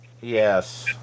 Yes